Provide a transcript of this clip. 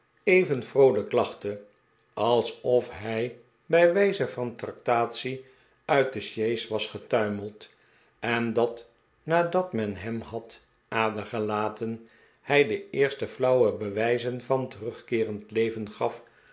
even vroolijk lachte alsof hij bij wijze van tract atie uit de sjees was getuimeld en dat nadat men hem had adergelaten hij de eerste flauwe bewijzen van terugkeerend leven gaf